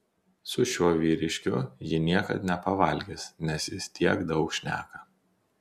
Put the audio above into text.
su šiuo vyriškiu ji niekad nepavalgys nes jis tiek daug šneka